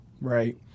right